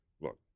look